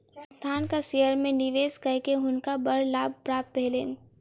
संस्थानक शेयर में निवेश कय के हुनका बड़ लाभ प्राप्त भेलैन